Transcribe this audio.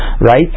Right